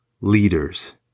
leaders